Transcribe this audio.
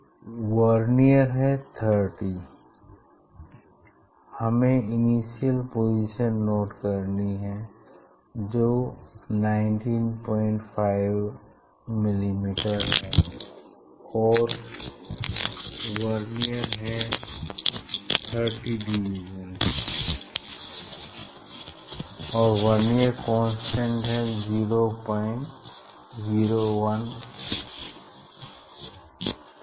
vernier है 30 हमें initial position note करनी है जो 195 mm है और वर्नियर है 30 डिवीज़न्स और वर्नियर कांस्टेंट 001 है